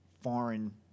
foreign